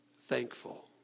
thankful